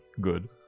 good